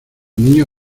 niño